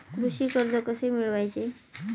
कृषी कर्ज कसे मिळवायचे?